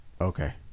Okay